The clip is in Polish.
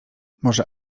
może